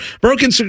Broken